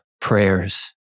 Prayers